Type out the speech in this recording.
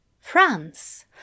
France